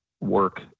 work